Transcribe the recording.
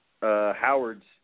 Howard's